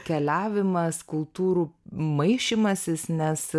keliavimas kultūrų maišymasis nes